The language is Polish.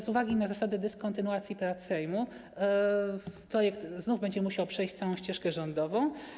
Z uwagi na zasadę dyskontynuacji prac Sejmu projekt znów będzie musiał przejść całą ścieżkę rządową.